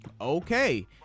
Okay